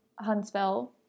Huntsville